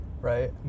Right